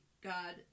god